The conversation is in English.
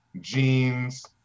jeans